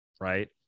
right